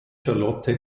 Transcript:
charlotte